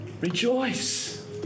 Rejoice